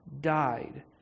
died